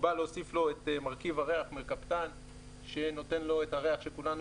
מקובל להוסיף לו את מרכיב הריח מרקפטאן שנותן לו את הריח שכולנו